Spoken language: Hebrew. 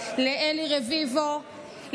לאלי רביבו,